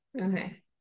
Okay